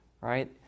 right